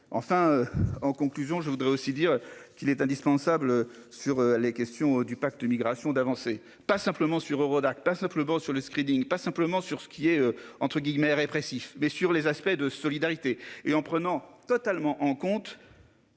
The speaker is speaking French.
Enfin en conclusion je voudrais aussi dire qu'il est indispensable sur les questions du pacte Migration d'avancer, pas simplement sur Eurodac, pas simplement sur le screening, pas simplement sur ce qui est entre guillemets répressif mais sur les aspects de solidarité et en prenant totalement en compte.